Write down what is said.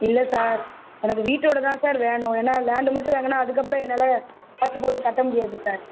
இல்லை சார் எனக்கு வீட்டோடய தான் சார் வேணும் ஏன்னா லேண்டு மட்டும் வாங்குனால் அதுக்கப்புறம் என்னால் காசு போட்டு கட்ட முடியாது சார்